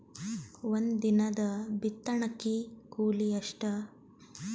ಒಂದಿನದ ಬಿತ್ತಣಕಿ ಕೂಲಿ ಎಷ್ಟ?